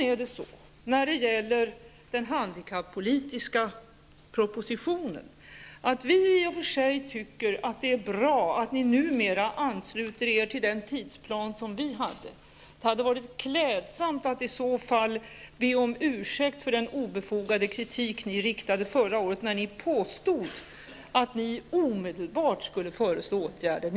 Beträffande den handikappolitiska propositionen anser vi socialdemokrater att det i och för sig är bra att ni numera ansluter er till den tidsplan som vi i den socialdemokratiska regeringen fastställde. Det hade varit klädsamt att då be om ursäkt för den obefogade kritik som ni riktade mot oss förra året när ni påstod att ni omedelbart skulle föreslå åtgärder.